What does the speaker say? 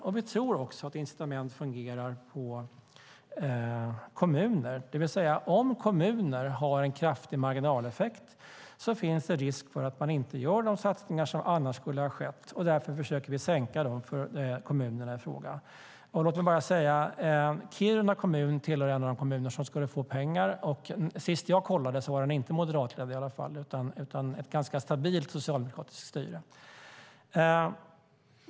Och vi tror också att incitament fungerar för kommuner, det vill säga att om kommuner har en kraftig marginaleffekt finns det risk för att man inte gör de satsningar som annars skulle ha skett. Därför försöker vi sänka dem för kommunerna i fråga. Låt mig bara säga att Kiruna kommun är en av de kommuner som skulle få pengar, och när jag kollade senast var den inte moderatledd i alla fall utan hade ett ganska stabilt socialdemokratiskt styre.